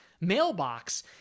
mailbox